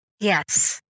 Yes